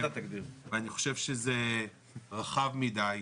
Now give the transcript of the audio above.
אני חושב שזה רחב מדי.